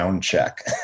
Check